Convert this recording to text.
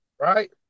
Right